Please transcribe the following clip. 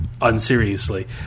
Unseriously